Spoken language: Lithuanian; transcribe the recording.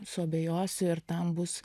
suabejosiu ir tam bus